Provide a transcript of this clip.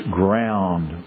ground